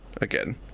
again